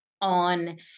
on